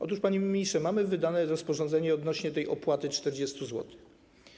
Otóż, panie ministrze, mamy wydane rozporządzenie odnośnie do tej opłaty 40 zł.